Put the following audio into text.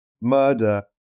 murder